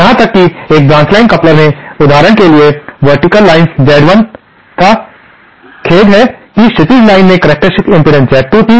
यहां तक कि एक ब्रांच लाइन कपलर में उदाहरण के लिए वर्टीकल लाइन्स Z1 था खेद है कि क्षैतिज लाइन्स में करक्टेरिस्टिक्स इम्पीडेन्स Z2 थी